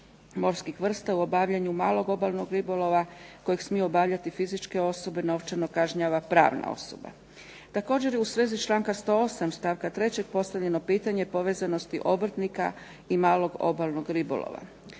morskih vrsta u obavljanju malog obalnog ribolova kojeg smiju obavljati fizičke osobe novčano kažnjava pravna osoba. Također je u svezi članka 108. stavka 3. postavljeno pitanje povezanosti obrtnika i malog obalnog ribolova.